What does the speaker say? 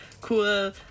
cool